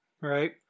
Right